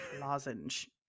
lozenge